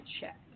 check